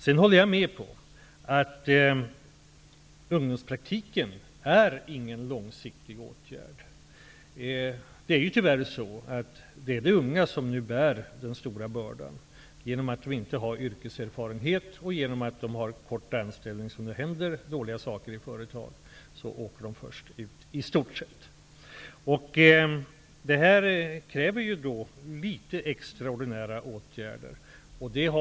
Jag håller med om att ungdomspraktiken inte är en långsiktig åtgärd. Det är, tyvärr, de unga som nu bär den stora bördan. Genom att de inte har yrkeserfarenhet och genom att de har kort anställningstid är det de som först får gå, om det händer något i ett företag. I stort sett är det så. Det här gör att det krävs litet extraordinära åtgärder.